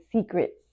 secrets